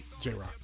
J-Rock